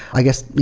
i guess,